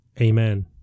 Amen